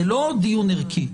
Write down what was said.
זה לא דיון ערכי.